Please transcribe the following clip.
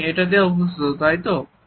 তুমি এটাতেই অভ্যস্ত তাইতো